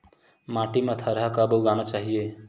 माटी मा थरहा कब उगाना चाहिए?